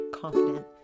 confident